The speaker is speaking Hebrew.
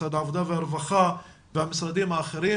משרד העבודה והרווחה והמשרדים האחרים,